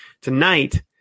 tonight